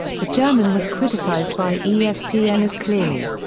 the german was criticized by espn as clearly.